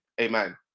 Amen